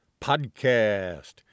Podcast